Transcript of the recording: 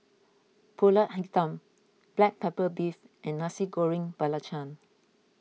Pulut Hitam Black Pepper Beef and Nasi Goreng Belacan